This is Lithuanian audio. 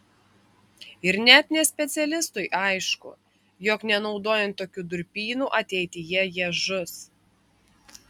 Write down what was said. ir net nespecialistui aišku jog nenaudojant tokių durpynų ateityje jie žus